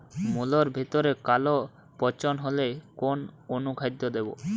মুলোর ভেতরে কালো পচন হলে কোন অনুখাদ্য দেবো?